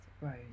Rose